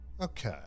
Okay